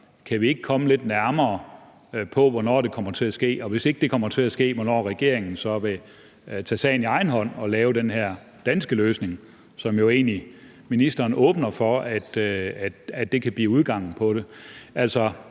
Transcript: kan vi ikke komme lidt nærmere på, hvornår det kommer til at ske? Og hvis ikke det kommer til at ske, hvornår vil regeringen så tage sagen i egen hånd og lave den her danske løsning, som ministeren jo egentlig åbner for kan blive udgangen på det?